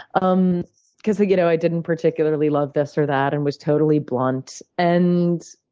um because you know i didn't particularly love this or that and was totally blunt. and